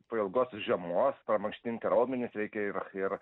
po ilgos žiemos pramankštinti raumenis reikia ir ir